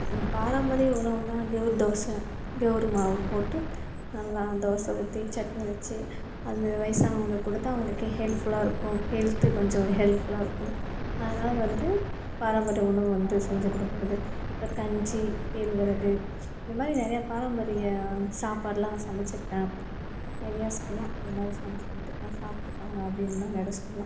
பாரம்பரிய உணவுன்னா கெவுரு தோசை கெவுரு மாவு போட்டு நல்லா தோசை ஊத்தி சட்னி வச்சி அது வயசானவங்களுக்கு கொடுத்தா அவங்களுக்கு ஹெல்ஃபுலாக இருக்கும் ஹெல்த் கொஞ்சம் ஹெல்ஃபுலாக இருக்கும் அதனால வந்து பாரம்பரிய உணவு வந்து செஞ்சி கொடுக்குறது அப்புறம் கஞ்சி கேழ்வரகு இது மாதிரி நிறையாப் பாரம்பரிய சாப்பாடுலாம் சமைச்சிருக்கேன் நிறையா சொல்லாம் இதை மாதிரி சமைச்சிக் கொடுத்துருக்கன் சாப்புட்டுருக்காங்க அப்படின்ந்தான் நெட சொல்லாம்